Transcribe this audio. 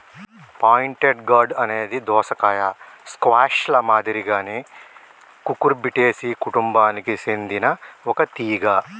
pointed gourd అనేది దోసకాయ, squash ల మాదిరిగానే కుకుర్చిటేసి కుటుంబానికి సెందిన ఒక తీగ